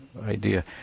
idea